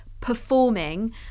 performing